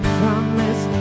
promise